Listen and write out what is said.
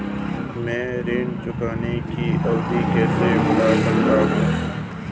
मैं ऋण चुकौती की अवधि कैसे बढ़ा सकता हूं?